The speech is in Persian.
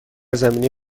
زمینه